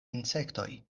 insektoj